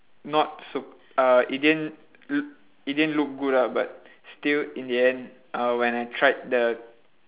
not so uh it didn't lo~ it didn't look good lah but still in the end uh when I tried the